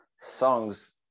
songs